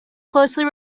closely